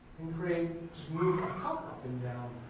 and create, just move our cup up and down.